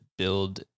Build